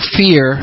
fear